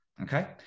Okay